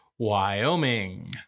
Wyoming